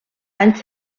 anys